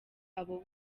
abo